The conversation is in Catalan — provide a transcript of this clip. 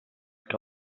que